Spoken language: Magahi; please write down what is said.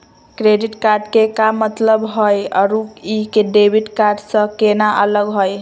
क्रेडिट कार्ड के का मतलब हई अरू ई डेबिट कार्ड स केना अलग हई?